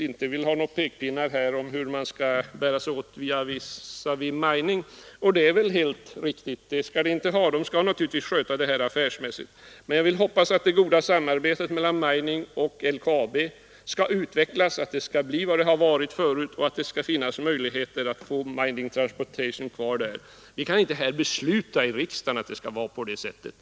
inte vill ha några pekpinnar om hur man skall bära sig åt visavi Mining Transportation, och det är riktigt att det hela skall skötas affärsmässigt. Jag hoppas emellertid att det goda samarbetet mellan Mining och LKAB skall utvecklas, att det skall bli vad det har varit förut och att det skall finnas möjligheter att ha Mining Transportation kvar i Kiruna. Vi kan inte här i riksdagen besluta att det skall vara på det sättet.